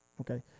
Okay